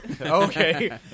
okay